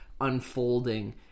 unfolding